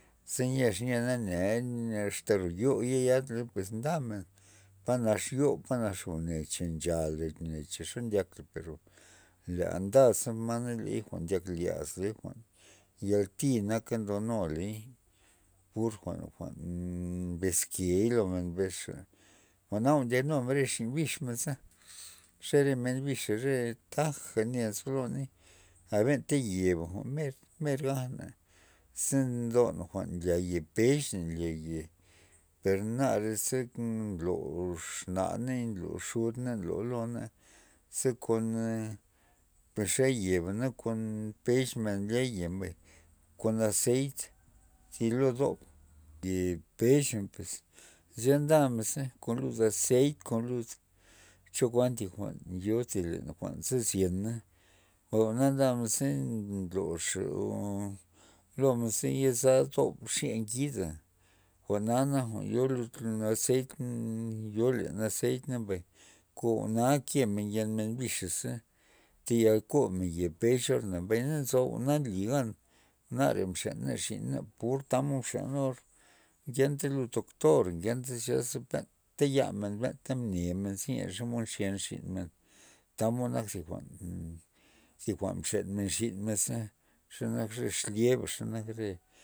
Ze nyex nye na azta ro yo ye yadmen pues ndamen panax yo pa nax gone cha mchale goney xe ndyakla pero lea nda za ma ley jwa'n ndyak laz ley jwa'n yalti naka ndou pur- pur jwa'n mbes key lomen mbesxa jwa'na jwa'n ndyak numen ta re bix menza xe re men bixa re taja ne nzo loney a benta yeba mer gajna men ze nlon ye pez nlya ye per nareze nlo xnaney xud nlo lona ze kon per xe yeba na kon pexmen nlya ye per kon azeit zy lo don lya ye pezmen zya ndamen kon lu nchastey kon lud chokuan thi jwa'n yo thilen jwa'n zyena o jwa'na ndamen nloxa lo men ze yezala zob zya ngida jwa'na nak yo lud jwa'na jwa'n yo lud azeit yo len azeit kon jwa'na kemen yen men bixa taya komen ye pex or mbay kon jwa'na nlina gan nare mxen naxi purta tamod mxena or ngenta lud doktor ngenta zyasa benta yamen benta nemen xomod nxyen xinmen tamod nak ze jwa'n zi jwa'n mxen men xin menze xe nak re ex lyeba nak re.